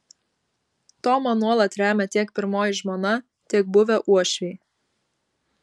tomą nuolat remia tiek pirmoji žmona tiek buvę uošviai